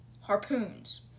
harpoons